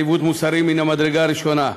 עיוות מוסרי מן המדרגה הראשונה,